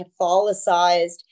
Catholicized